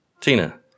Tina